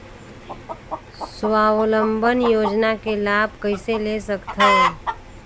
स्वावलंबन योजना के लाभ कइसे ले सकथव?